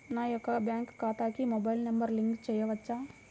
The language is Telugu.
నా యొక్క బ్యాంక్ ఖాతాకి మొబైల్ నంబర్ లింక్ చేయవచ్చా?